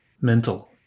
mental